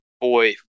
boy